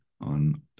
on